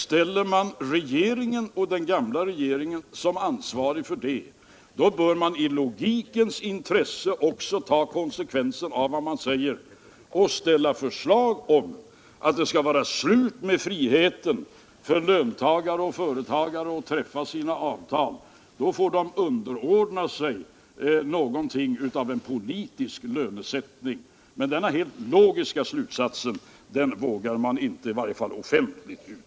Om man ställer den gamla regeringen till ansvar för det, så bör man i logikens namn också ta konsekvensen av vad man säger och föreslå att det skall vara slut med friheten för löntagare och företagare att träffa avtal; då får de underordna sig något av en politisk lönesättning. Men denna helt logiska slutsats vågar man inte uttala — i varje fall inte offentligt.